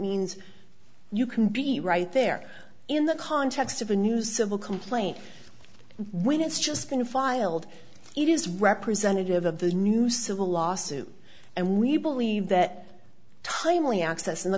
means you can be right there in the context of a new civil complaint when it's just been filed it is representative of the new civil lawsuit and we believe that timely access in the